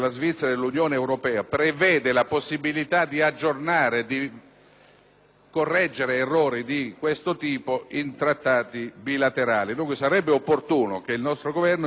correggere errori di questo tipo in trattati bilaterali. Sarebbe pertanto opportuno che il nostro Governo intervenisse nei confronti della Svizzera per rivedere